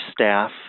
staff